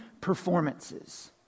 performances